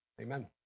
amen